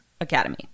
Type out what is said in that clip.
Academy